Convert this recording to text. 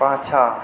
पाछाँ